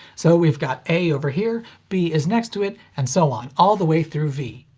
so we've got a over here, b is next to it, and so on all the way through v.